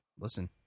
Listen